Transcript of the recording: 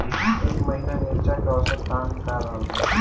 एह महीना मिर्चा के औसत दाम का रहल बा?